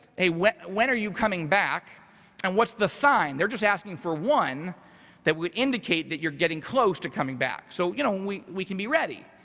hey, when when are you coming back and what's the sign. they're just asking for one that would indicate that you're getting close to coming back so you know we we can be ready.